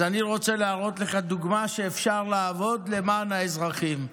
אז אני רוצה להראות לך דוגמה שלפיה אפשר לעבוד למען האזרחים.